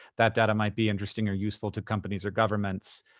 that data might be interesting or useful to companies or governments.